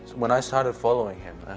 when i started following him.